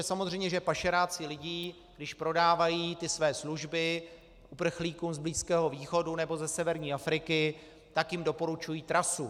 Samozřejmě že pašeráci lidí, když prodávají své služby uprchlíkům z Blízkého východu nebo ze severní Afriky, tak jim doporučují trasu.